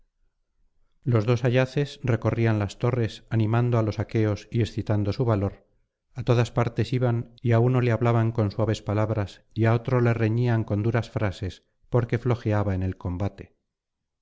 los dos ayaces recorrían las torres animando á los aqueos y excitando su valor á todas partes iban y á uno le hablaban con suaves palabras y á otro le reñían con duras frases porque flojeaba en el combate